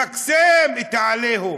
למקסם את העליהום,